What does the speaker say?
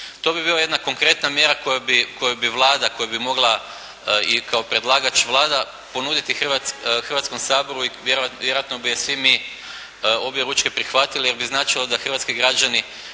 To bi bila jedna konkretna mjera koju bi Vlada, koju bi mogla i kao predlagač Vlada ponuditi Hrvatskom saboru i vjerojatno bi je svi mi objeručke prihvatili jer bi značilo da hrvatski građani